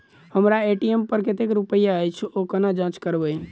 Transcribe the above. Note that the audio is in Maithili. हम्मर ए.टी.एम पर कतेक रुपया अछि, ओ कोना जाँच करबै?